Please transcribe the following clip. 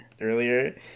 earlier